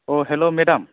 अ हेल' मेडाम